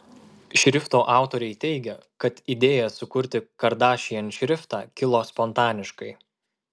šrifto autoriai teigia kad idėja sukurti kardashian šriftą kilo spontaniškai